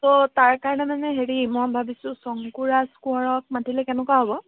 ত' তাৰ কাৰণে মানে হেৰি মই ভাবিছোঁ শংকুৰাজ কোঁৱৰক মাতিলে কেনেকুৱা হ'ব